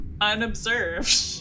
unobserved